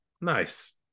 nice